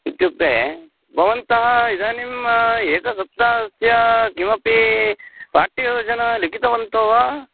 इत्युक्ते भवन्तः इदानीम् एकसप्ताहस्य किमपि पाठ्ययोजनां लिखितवन्तो वा